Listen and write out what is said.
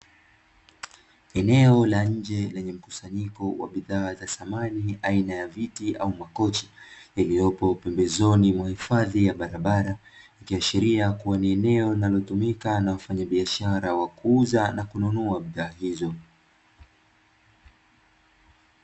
Eneo la nje lenye mkusanyiko wa bidhaa za samani aina ya viti au makochi, yaliyopo pembezoni mwa hifadhi ya barabara ikiashiria kuwa ni eneo linalotumika na wafanyabiashara wa kuuza na kununua bidhaa hizo.